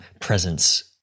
presence